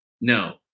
No